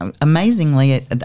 Amazingly